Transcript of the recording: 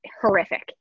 horrific